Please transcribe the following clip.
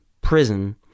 prison